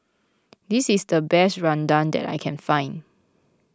this is the best Rendang that I can find